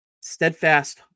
steadfast